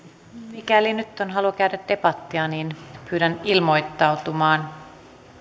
mikäli nyt on halua käydä debattia niin pyydän ilmoittautumaan